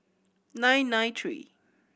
nine nine three